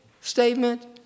statement